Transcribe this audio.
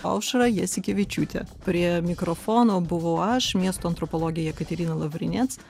aušra jasiukevičiūte prie mikrofono buvau aš miesto antropologė jekaterina lavrinec